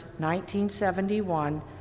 1971